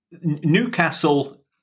Newcastle